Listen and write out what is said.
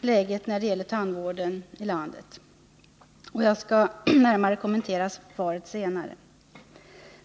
läget när det gäller tandvården i landet. Jag skall närmare kommentera svaret senare.